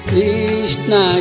Krishna